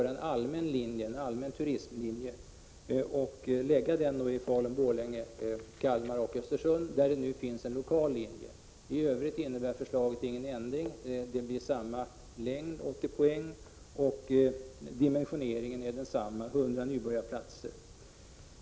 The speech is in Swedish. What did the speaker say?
den 1 juli 1987 och förläggas till Falun-Borlänge, Kalmar och Östersund, där det nu finns en lokal linje. I övrigt innebär förslaget ingen ändring. Det blir samma längd — 80 poäng — och dimensioneringen är densamma med 100 nybörjarplatser.